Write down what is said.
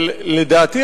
אבל לדעתי,